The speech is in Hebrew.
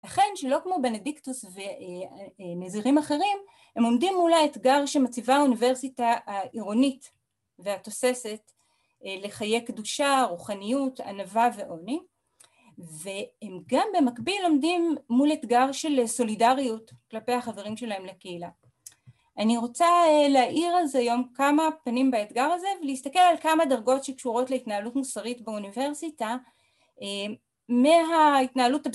‫אכן שלא כמו בנדיקטוס ונזרים אחרים, ‫הם עומדים מול האתגר ‫שמציבה האוניברסיטה העירונית והתוססת ‫לחיי קדושה, רוחניות, ענווה ועולמי, ‫והם גם במקביל עומדים מול אתגר ‫של סולידריות כלפי החברים שלהם לקהילה. ‫אני רוצה להעיר על זה היום ‫כמה פנים באתגר הזה ‫ולהסתכל על כמה דרגות שקשורות ‫להתנהלות מוסרית באוניברסיטה ‫מההתנהלות...